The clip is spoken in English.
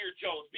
Jones